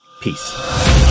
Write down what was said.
Peace